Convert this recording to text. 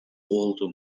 oldu